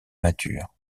matures